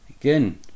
Again